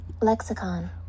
Lexicon